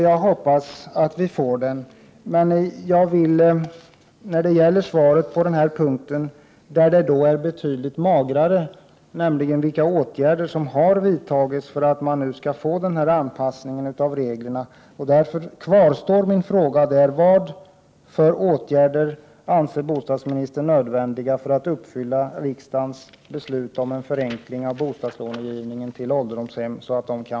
Jag hoppas att vi får den. Beträffande vilka åtgärder som har vidtagits för att vi skall få en anpassning av reglerna är svaret betydligt magrare. Därför kvarstår min fråga: Vad för åtgärder anser bostadsministern är nödvändiga för att förverkliga riksdagsbeslutet om en förenkling av bostadslånegivningen för ålderdomshemmen?